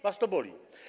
Was to boli.